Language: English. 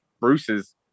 bruce's